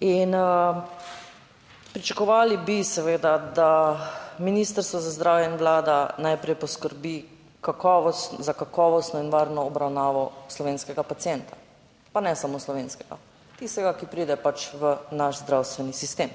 bo. Pričakovali bi seveda, da Ministrstvo za zdravje in Vlada najprej poskrbi za kakovostno in varno obravnavo slovenskega pacienta, pa ne samo slovenskega, tistega, ki pride pač v naš zdravstveni sistem